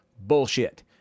bullshit